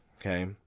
okay